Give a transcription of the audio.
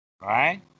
right